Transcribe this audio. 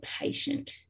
patient